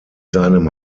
seinem